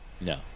no